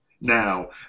Now